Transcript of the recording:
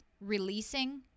releasing